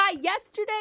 yesterday